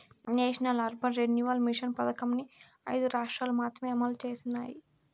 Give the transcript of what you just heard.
national urban renewal mission పథకంని ఐదు రాష్ట్రాలు మాత్రమే అమలు చేసినాయి